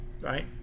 right